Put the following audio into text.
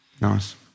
Nice